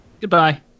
Goodbye